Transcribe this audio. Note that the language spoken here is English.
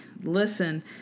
Listen